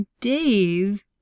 days